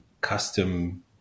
custom